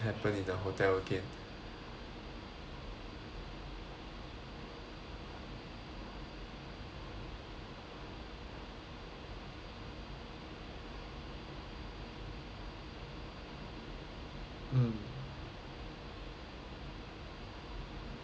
mm